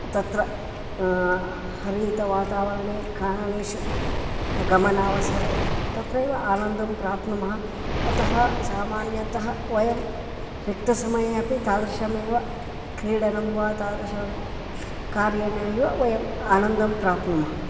तत्र हरितः वातावरणे काननेषु गमनावसरे तत्रैव आनन्दं प्राप्नुमः अतः सामान्यतः वयं रिक्तसमये अपि तादृशमेव क्रीडनं वा तादृशं कार्येणैव वयम् आनन्दं प्राप्नुमः